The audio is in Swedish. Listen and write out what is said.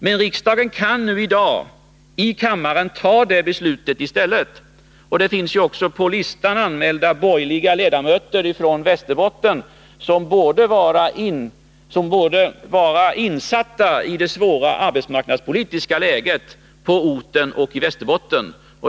Men riksdagen kan i dag fatta det beslutet här i kammaren. På talarlistan finns också borgerliga ledamöter från Västerbotten, som borde vara insatta i det svåra arbetsmarknadspolitiska läget på orten och i länet.